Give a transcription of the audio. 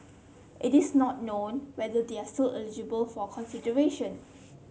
it is not known whether they are still eligible for consideration